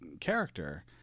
character